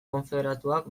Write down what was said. konfederatuak